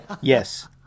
yes